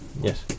Yes